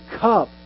cup